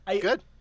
Good